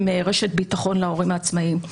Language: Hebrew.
הם רשת ביטחון להורים העצמאיים,